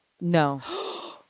No